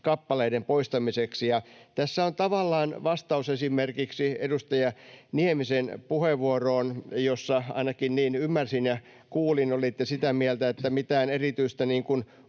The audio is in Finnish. kappaleiden poistamiseksi. Tässä on tavallaan vastaus esimerkiksi edustaja Niemisen puheenvuoroon, jossa — ainakin niin ymmärsin ja kuulin — olitte sitä mieltä, että mitään erityistä